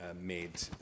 made